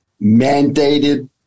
mandated